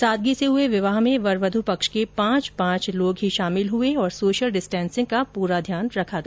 सादगी से हुए विवाह में वर वधु पक्ष के पांच पांच लोग ही शामिल हुए और सोशल डिस्टेंसिंग का पूरा ध्यान रखा गया